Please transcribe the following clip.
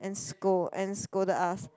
and scold and scolded us